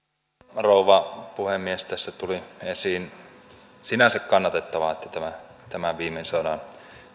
rouva puhemies on sinänsä kannatettavaa että tämä tämä viimein saadaan